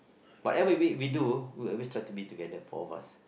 whatever week we do we'll always try to meet together for a while